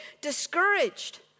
discouraged